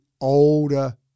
older